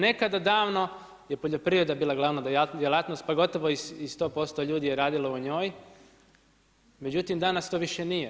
Nekada davno je poljoprivreda bila glavna djelatnost pa gotovo i 100% je ljudi radilo u njoj, međutim danas to više nije.